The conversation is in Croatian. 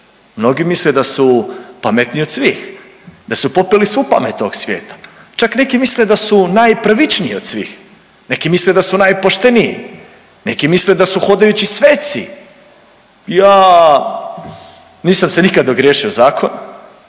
mnogi misle da su pametniji od svih, da su popili svu pamet ovog svijeta, čak neki misle da su najpravičniji od svih, neki misle da su najpošteniji, neki misle da su hodajući sveci. Ja nisam se nikad ogriješio o zakon,